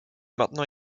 maintenant